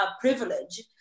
privilege